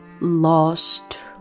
lost